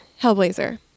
Hellblazer